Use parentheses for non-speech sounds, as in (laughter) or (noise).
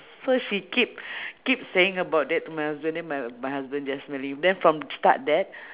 so she keep (breath) keep saying about that to my husband then m~ my husband just smiling then from start there